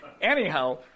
Anyhow